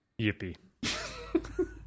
Yippee